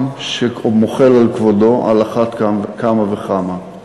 עם שמוחל על כבודו על אחת כמה וכמה.